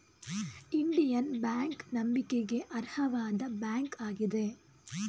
Indian bank ನಂಬಿಕೆಗೆ ಅರ್ಹವಾದ bank ಆಗಿದೆ